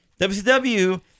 WCW